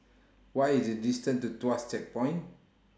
What IS The distance to Tuas Checkpoint